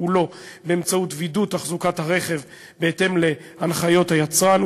תפעולו באמצעות וידוא ביצוע תחזוקת הרכב בהתאם להנחיות היצרן,